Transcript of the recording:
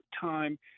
time